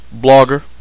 blogger